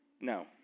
No